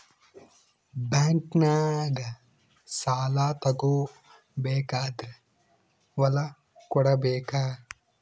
ಬ್ಯಾಂಕ್ನಾಗ ಸಾಲ ತಗೋ ಬೇಕಾದ್ರ್ ಹೊಲ ಕೊಡಬೇಕಾ?